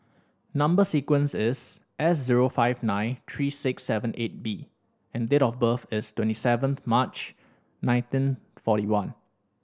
number sequence is S zero five nine three six seven eight B and date of birth is twenty seven March nineteen forty one